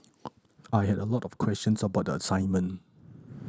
I had a lot of questions about the assignment